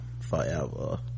forever